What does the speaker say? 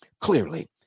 clearly